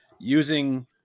using